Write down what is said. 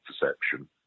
perception